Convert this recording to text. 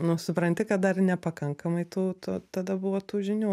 nu supranti kad dar nepakankamai tų tų tada buvo tų žinių